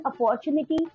opportunity